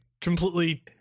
completely